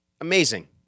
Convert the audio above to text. amazing